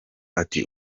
ati